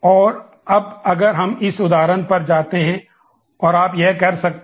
तो अब अगर हम इस उदाहरण पर जाते हैं और आप यह कर सकते हैं